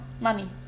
Money